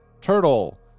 Turtle